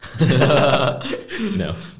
No